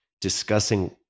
discussing